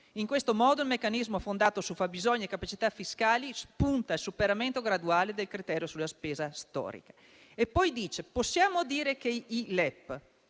In questo modo il meccanismo fondato su fabbisogni e capacità fiscali punta al superamento graduale del criterio fondato sulla spesa storica». Vi si dice, inoltre, che: